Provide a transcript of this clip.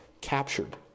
captured